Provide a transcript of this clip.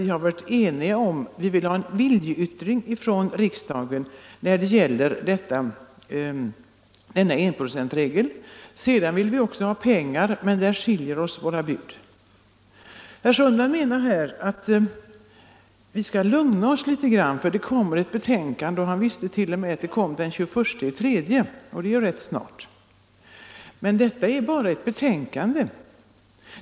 Vi reservanter vill ha en viljeyttring från riksdagen när det gäller enprocentsregeln. Vi vill också ha pengar, men där skiljer sig våra bud. Herr Sundman menar att vi skall lugna oss litet, för det kommer ett betänkande — han visste t.o.m. att det kommer den 21 mars, och det är ju rätt snart. Men det är bara ett betänkande.